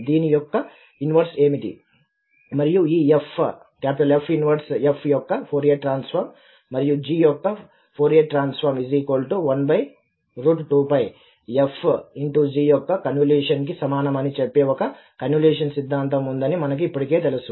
దీని యొక్క ఇన్వర్స్ ఏమిటి మరియు ఈ F 1 f యొక్క ఫోరియర్ ట్రాన్స్ఫార్మ్ మరియు g యొక్క ఫోరియర్ ట్రాన్సఫార్మ్ 12 f g యొక్క కన్వల్యూషన్ కి సమానము అని చెప్పే ఒక కన్వల్యూషన్ సిద్ధాంతం ఉందని మనకు ఇప్పటికే తెలుసు